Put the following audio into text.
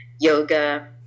yoga